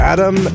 Adam